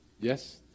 Yes